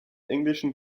englischen